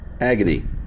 Agony